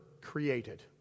created